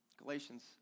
Galatians